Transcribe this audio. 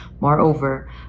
Moreover